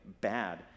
bad